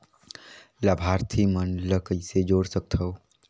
लाभार्थी मन ल कइसे जोड़ सकथव?